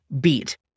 beat